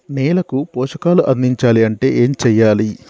నేలకు పోషకాలు అందించాలి అంటే ఏం చెయ్యాలి?